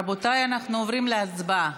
רבותיי, אנחנו עוברים להצבעה.